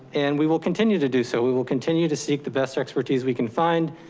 and we will continue to do so. we will continue to seek the best expertise we can find,